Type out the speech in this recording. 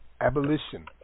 Abolition